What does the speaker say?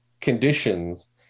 conditions